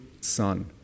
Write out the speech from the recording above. son